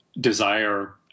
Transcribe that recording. desire